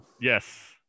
Yes